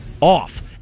off